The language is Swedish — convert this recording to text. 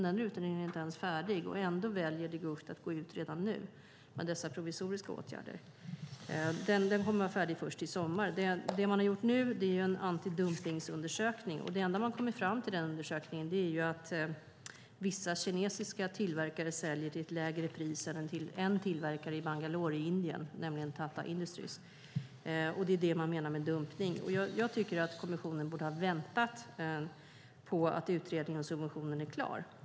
Den utredningen är inte färdig, och ändå väljer De Gucht att redan nu gå ut med dessa provisoriska åtgärder. Utredningen kommer att vara färdig först i sommar. Det man nu har gjort är en antidumpningsundersökning, och det enda man kommit fram till i den undersökningen är att vissa kinesiska tillverkare säljer till lägre pris än en enstaka tillverkare i Bangalore i Indien, nämligen Tata Industries. Det är det man menar med dumpning. Jag tycker att kommissionen borde ha väntat tills utredningen om subventionen var klar.